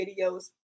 videos